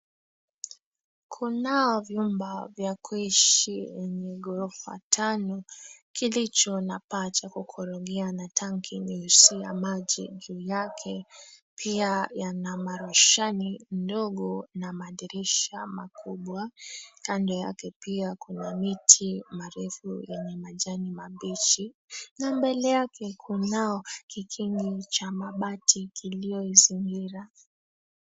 Kunao vyumba vya kuishi yenye gorofa tano kilicho na paa cha kukorogea na tanki nyeusi ya maji. Pia yana maroshani ndogo na madirisha makubwa. Kando yake pia kuna miti marefu yana majani mabichi. Na mbele yake kuna kikingi cha mabati kiliozingira.